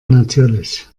natürlich